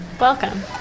Welcome